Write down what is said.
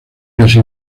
casi